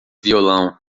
violão